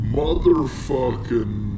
motherfucking